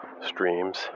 streams